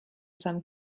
some